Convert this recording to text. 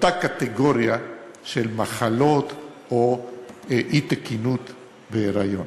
באותה קטגוריה של מחלות או אי-תקינות בהיריון.